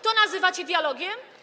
To nazywacie dialogiem?